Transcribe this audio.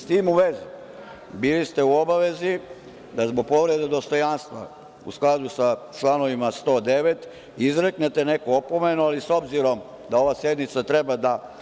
S tim u vezi, bili ste u obavezi da zbog povrede dostojanstva, u skladu sa članom 109. izreknete opomenu, ali s obzirom da ova sednica treba da